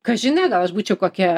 ką žinia gal aš būčiau kokia